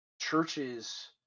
churches